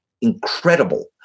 incredible